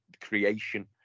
creation